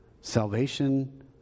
salvation